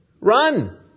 run